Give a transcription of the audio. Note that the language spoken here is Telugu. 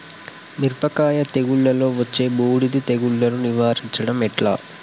మిరపకాయ తెగుళ్లలో వచ్చే బూడిది తెగుళ్లను నివారించడం ఎట్లా?